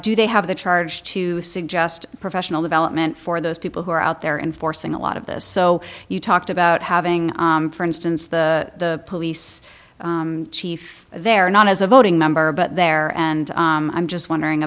do they have the charge to suggest professional development for those people who are out there and forcing a lot of this so you talked about having for instance the police chief there not as a voting member but there and i'm just wondering